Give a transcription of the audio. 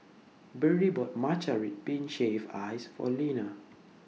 Berdie bought Matcha Red Bean Shaved Ice For Lina